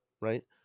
right